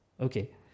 Okay